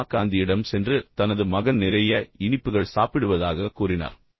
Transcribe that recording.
அம்மா காந்தியிடம் சென்று தனது மகன் நிறைய இனிப்புகள் சாப்பிடுவதாகக் கூறினார்